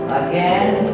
again